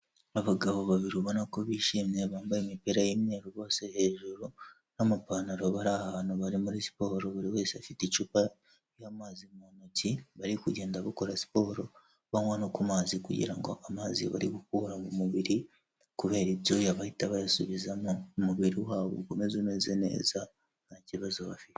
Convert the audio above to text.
Abagabo babiri ubona ko bishimye bambaye imipira y'umweru bose hejuru n'amapantaro bari ahantu bari muri siporo buri wese afite icupa ry'amazi mu ntoki bari kugenda bakora siporo banywa no ku mazi kugira ngo amazi bari gukura mu mubiri kubera ibyuya bahita bayasubizamo umubiri wabo ukomeze umeze neza nta kibazo bafite.